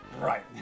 Right